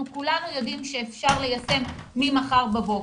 כולנו יודעים שאפשר ליישם ממחר בבוקר,